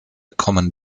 kommen